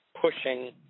pushing